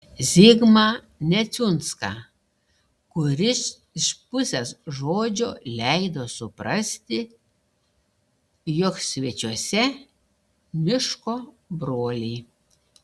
zigmą neciunską kuris iš pusės žodžio leido suprasti jog svečiuose miško broliai